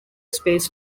space